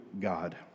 God